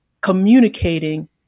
communicating